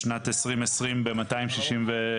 בשנת 2020 ב- 260 ,